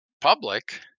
public